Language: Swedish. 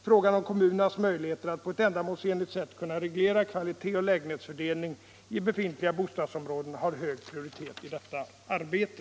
Frågan om kommunernas möjlighet att på ett ändamålsenligt sätt reglera kvalitet och lägenhetsfördelning i befintliga bostadsområden har hög prioritet i detta arbete.